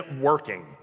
working